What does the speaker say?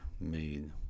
made